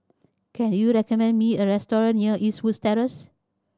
can you recommend me a restaurant near Eastwood Terrace